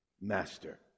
master